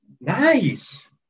Nice